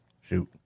Shoot